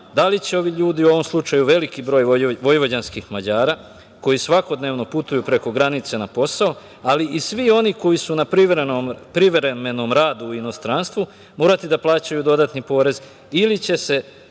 da li će ovi ljudi, u ovom slučaju veliki broj vojvođanskih Mađara koji svakodnevno putuju preko granice na posao, ali i svi oni koji su na privremenom radu u inostranstvu, morati da plaćaju dodatni porez ili će se,